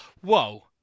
whoa